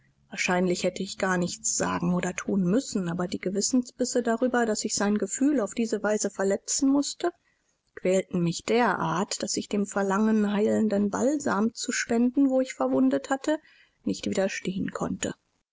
wahrscheinlich hätte ich gar nichts sagen oder thun müssen aber die gewissensbisse darüber daß ich sein gefühl auf diese weise verletzen mußte quälten mich derartig daß ich dem verlangen heilenden balsam zu spenden wo ich verwundet hatte nicht widerstehen konnte